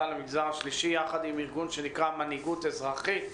למגזר השלישי יחד עם ארגון שנקרא מנהיגות אזרחית,